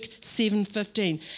7.15